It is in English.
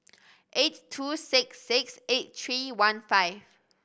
eight two six six eight three one five